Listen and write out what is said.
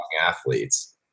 athletes